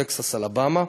טקסס ואלבמה.